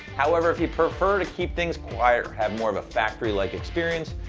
however, if you prefer to keep things quiet, or have more of a factory-like experience,